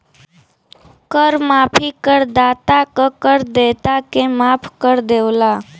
कर माफी करदाता क कर देयता के माफ कर देवला